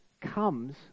comes